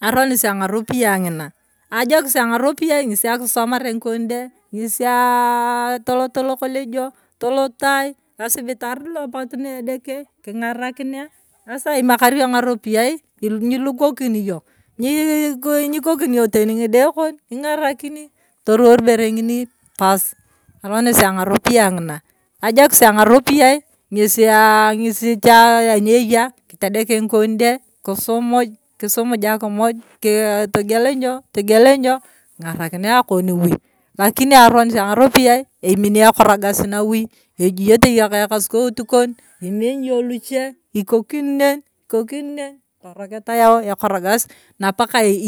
Aronis ang'oropiyie ng'ina. ajokis ang'oropiyie ng'esi akisisomare ng'ikonde. eng'esi aa toloto lokolejio toloto ai esibitar lo toloto edeke king'arakinia asa imakar yong ng'aropiyie nyilukokin yong yii iko kiniyong teni ng'ide kon nying'arakini toruwor ibere ng'ini pas aronir ang'aropiyie ng'ina. ajikii ang'aropiyie ng'esi aaa anieya kitedeke ng'ikonde. kisumuj. kisumu akon wui. lakini aronis ang'aropiyie emini ekorogas nawui.